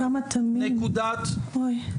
אוי כמה תמים, אוי.